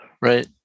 right